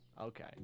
Okay